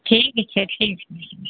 ठीक छै ठीक छै